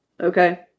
Okay